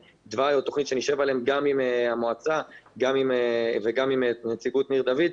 תוכנית שנשב עליה עם המועצה ועם נציגות ניר דוד,